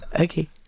Okay